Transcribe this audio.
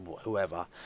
whoever